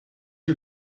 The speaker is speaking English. you